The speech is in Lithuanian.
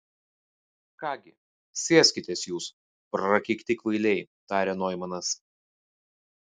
ką gi sėskitės jūs prakeikti kvailiai tarė noimanas